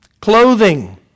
clothing